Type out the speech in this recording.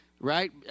Right